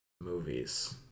Movies